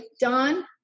Don